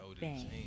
Bang